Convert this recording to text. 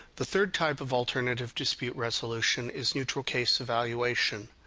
the third type of alternative dispute resolution is neutral case evaluation.